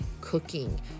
cooking